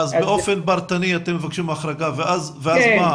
אז אתם מבקשים החרגה באופן פרטני ואז מה,